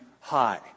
high